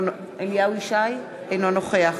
אינו נוכח